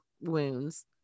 wounds